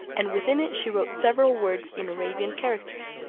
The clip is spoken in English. and within it she wrote several words in arabian characters,